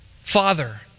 father